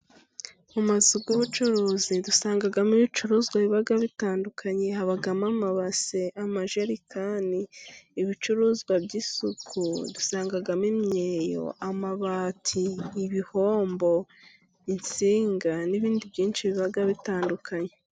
Mu mazu y'ubucuruzi dusangamo ibicuruzwa biba bitandukanye, habamo amabase, amajerikani, ibicuruzwa by'isuku, dusangamo imyeyo, amabati, ibihombo, insinga n'ibindi byinshi biba bitandukanye.